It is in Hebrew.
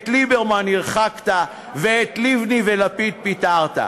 את ליברמן הרחקת ואת לבני ולפיד פיטרת.